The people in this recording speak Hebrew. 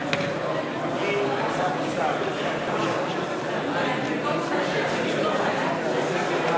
58. הסתייגות 147 לא